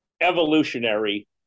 evolutionary